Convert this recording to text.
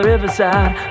Riverside